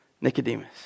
Nicodemus